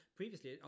previously